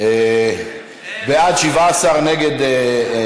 איך אתה אוהב.